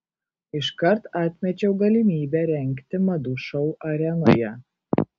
iškart atmečiau galimybę rengti madų šou arenoje